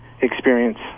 experience